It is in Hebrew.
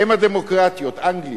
באם הדמוקרטיות, אנגליה,